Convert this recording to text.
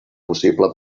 possible